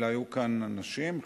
אלא היו כאן אנשים,